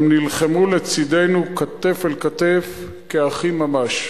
הם נלחמו לצדנו כתף אל כתף, כאחים ממש.